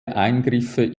eingriffe